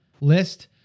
list